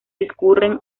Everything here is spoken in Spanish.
discurren